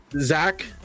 Zach